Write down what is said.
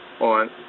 on